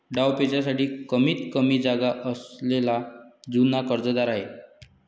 डावपेचांसाठी कमीतकमी जागा असलेला जुना कर्जदार आहे